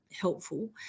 helpful